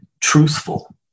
truthful